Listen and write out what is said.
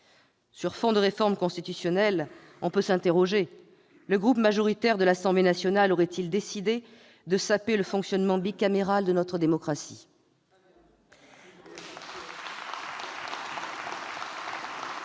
Sur fond de réforme constitutionnelle, on peut s'interroger : le groupe majoritaire de l'Assemblée nationale aurait-il décidé de saper le fonctionnement bicaméral de notre démocratie ?